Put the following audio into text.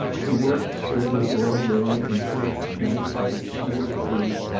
he worked sturdily all day and slept at night out of sheer fatigue,